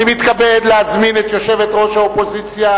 אני מתכבד להזמין את יושבת-ראש האופוזיציה